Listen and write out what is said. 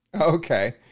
Okay